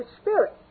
Spirit